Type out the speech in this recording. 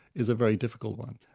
is a very difficult one.